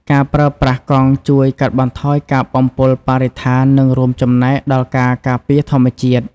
ការប្រើប្រាស់កង់ជួយកាត់បន្ថយការបំពុលបរិស្ថាននិងរួមចំណែកដល់ការការពារធម្មជាតិ។